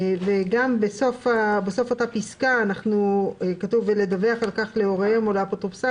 וגם בסוף אותה פסקה כתוב: "ולדווח על כך להוריהם או לאפוטרופסם",